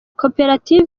koperative